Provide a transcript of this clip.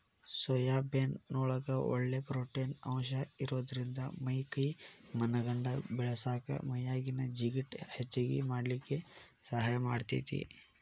soybean ನೊಳಗ ಒಳ್ಳೆ protein ಅಂಶ ಇರೋದ್ರಿಂದ ಮೈ ಕೈ ಮನಗಂಡ ಬೇಳಸಾಕ ಮೈಯಾಗಿನ ಜಿಗಟ್ ಹೆಚ್ಚಗಿ ಮಾಡ್ಲಿಕ್ಕೆ ಸಹಾಯ ಮಾಡ್ತೆತಿ